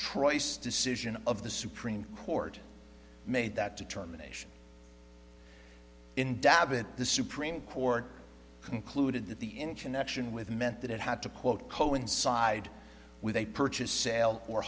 states cision of the supreme court made that determination in dab and the supreme court concluded that the in connection with meant that it had to quote coincide with a purchase sale or